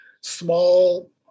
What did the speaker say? small